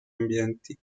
ambienti